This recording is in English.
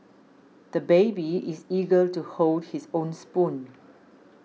the baby is eager to hold his own spoon